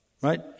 right